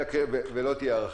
ולא תהיה הארכה.